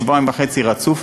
שבועיים וחצי רצוף,